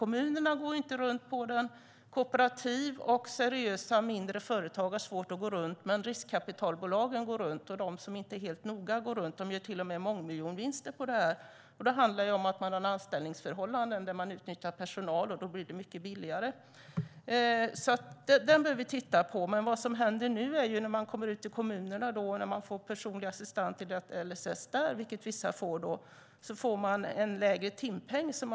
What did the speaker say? Kommunerna går inte runt på den, och kooperativ och seriösa mindre företag har svårt att gå runt. Men riskkapitalbolagen går runt, och även de som inte är helt noga går runt. De gör till och med mångmiljonvinster. Det handlar om anställningsförhållanden där personal utnyttjas. Då blir det mycket billigare. Timschablonen måste vi titta på. När vissa nu får personlig assistans enligt LSS i kommunerna blir det fråga om lägre timpenning.